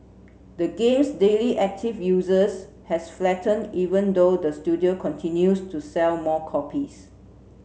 the game's daily active users has flattened even though the studio continues to sell more copies